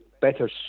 better